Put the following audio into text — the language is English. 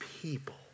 people